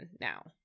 now